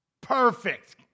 perfect